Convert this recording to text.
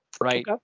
right